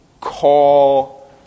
call